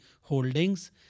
holdings